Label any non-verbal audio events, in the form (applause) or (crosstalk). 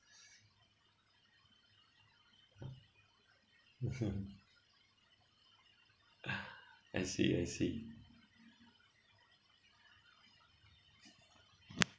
(laughs) I see I see